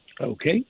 Okay